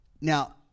Now